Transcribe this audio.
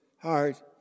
heart